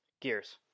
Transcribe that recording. Gears